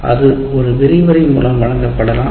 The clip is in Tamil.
அது ஒரு விரிவுரை மூலம் வழங்கப்படலாம்